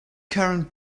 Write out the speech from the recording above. current